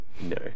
No